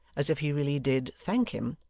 as if he really did thank him,